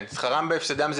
שכרם בהפסדם.